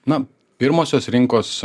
na pirmosios rinkos